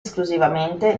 esclusivamente